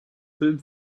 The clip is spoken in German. film